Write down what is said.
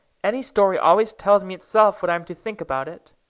any story always tells me itself what i'm to think about it.